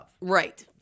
Right